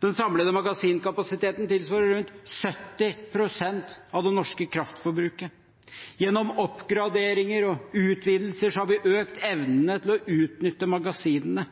Den samlede magasinkapasiteten tilsvarer rundt 70 pst. av det norske kraftforbruket. Gjennom oppgraderinger og utvidelser har vi økt evnene til å utnytte magasinene.